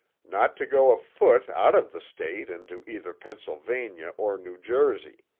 not to go a foot out of the state into either pennsylvania or new jersey.